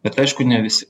bet aišku ne visi